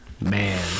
man